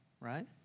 Right